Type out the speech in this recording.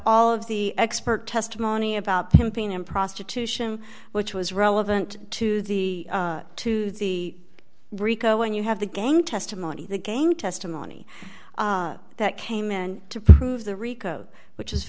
all of the expert testimony about pimping and prostitution which was relevant to the to the rico when you have the gang testimony the gang testimony that came in to prove the rico which is